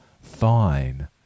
Fine